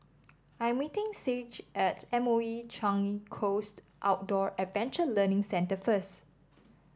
I'm meeting Saige at M O E Changi Coast Outdoor Adventure Learning Centre first